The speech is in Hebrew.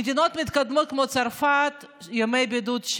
במדינות מתקדמות כמו צרפת יש שבעה ימי בידוד.